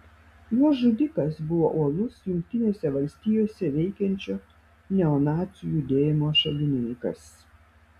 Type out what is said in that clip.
jos žudikas buvo uolus jungtinėse valstijose veikiančio neonacių judėjimo šalininkas